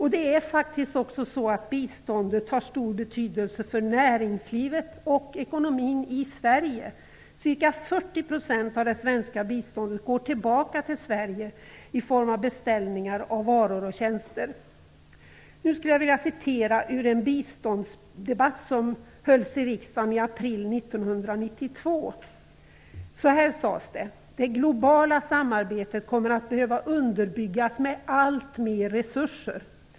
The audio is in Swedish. Det är faktiskt också så att biståndet har stor betydelse för näringslivet och ekonomin i Sverige. Ca 40 % av det svenska biståndet går tillbaka till Sverige i form av beställningar av varor och tjänster. Nu skulle jag vilja citera ur en debatt som hölls i riksdagen i april 1992: "Det globala samarbetet kommer att behöva underbyggas med alltmer resurser.